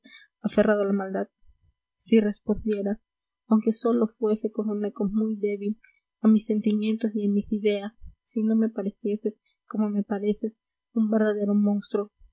aferrado a la maldad si respondieras aunque sólo fuese con eco muy débil a mis sentimientos y a mis ideas si no me parecieses como me pareces un verdadero monstruo